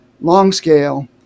long-scale